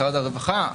משרד הרווחה,